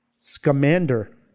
Scamander